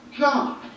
god